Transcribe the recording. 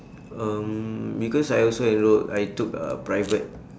um because I also enrolled I took uh private